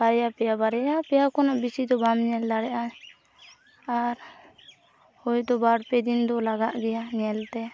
ᱵᱟᱨᱭᱟ ᱯᱮᱭᱟ ᱵᱟᱨᱭᱟ ᱯᱮᱭᱟ ᱠᱷᱚᱱᱟᱜ ᱵᱤᱥᱤᱫᱚ ᱵᱟᱢ ᱧᱮᱞ ᱫᱟᱲᱮᱭᱟᱜᱼᱟ ᱟᱨ ᱦᱚᱭᱛᱚ ᱵᱟᱨ ᱯᱮ ᱫᱤᱱᱫᱚ ᱞᱟᱜᱟᱜ ᱜᱮᱭᱟ ᱧᱮᱞᱛᱮ